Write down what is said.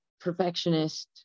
perfectionist